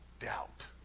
doubt